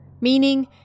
Meaning